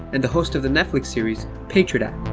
and host of the netflix series patriot act